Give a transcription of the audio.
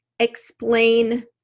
explain